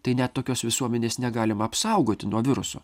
tai net tokios visuomenės negalima apsaugoti nuo viruso